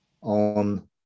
on